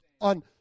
on